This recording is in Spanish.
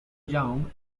young